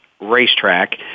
racetrack